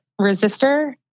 Resistor